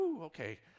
Okay